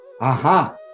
Aha